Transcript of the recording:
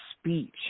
speech